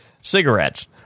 cigarettes